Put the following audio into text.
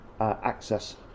access